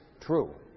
True